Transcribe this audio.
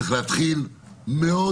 צריך להתחיל מאוד